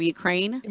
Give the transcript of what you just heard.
Ukraine